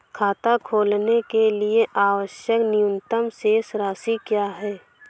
खाता खोलने के लिए आवश्यक न्यूनतम शेष राशि क्या है?